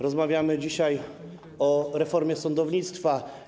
Rozmawiamy dzisiaj o reformie sądownictwa.